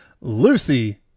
Lucy